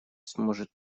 сможет